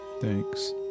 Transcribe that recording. Thanks